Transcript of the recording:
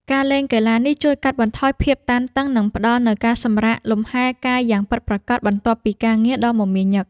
ការលេងកីឡានេះជួយកាត់បន្ថយភាពតានតឹង និងផ្ដល់នូវការសម្រាកលម្ហែកាយយ៉ាងពិតប្រាកដបន្ទាប់ពីការងារដ៏មមាញឹក។